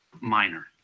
Minor